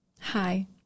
hi